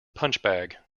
punchbag